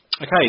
Okay